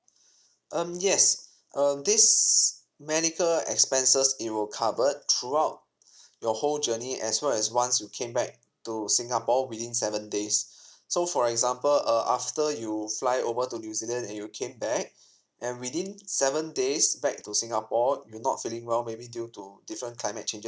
um yes um these medical expenses it will covered throughout your whole journey as well as once you came back to singapore within seven days so for example uh after you fly over to new zealand and you came back and within seven days back to singapore you're not feeling well maybe due to different climate changes